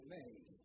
made